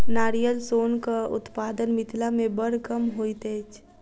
नारियल सोनक उत्पादन मिथिला मे बड़ कम होइत अछि